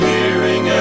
Hearing